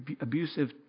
abusive